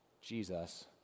Jesus